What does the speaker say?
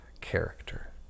character